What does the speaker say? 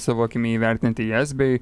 savo akimi įvertinti jas bei